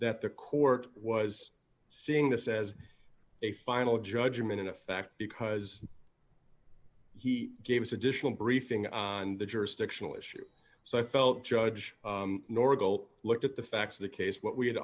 that the court was seeing this as a final judgment in effect because he gave us additional briefing on the jurisdictional issue so i felt judge nordell looked at the facts of the case what we